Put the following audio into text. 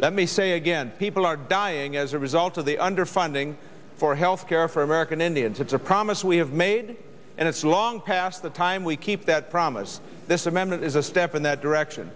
let me say again people are dying as a result of the underfunding for health care for american indians it's a promise we have made and it's long past the time we keep that promise this amendment is a step in that direction